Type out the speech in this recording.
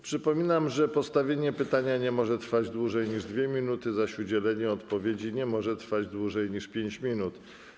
Przypominam, że postawienie pytania nie może trwać dłużej niż 2 minuty, zaś udzielenie odpowiedzi nie może trwać dłużej niż 5 minut.